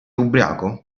ubriaco